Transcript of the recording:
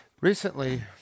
Recently